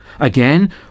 Again